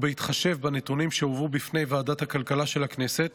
ובהתחשב בנתונים שהובאו בפני ועדת הכלכלה של הכנסת,